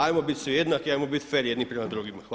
Ajmo biti svi jednaki, ajmo biti fer jedni prema drugima.